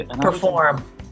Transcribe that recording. perform